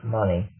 money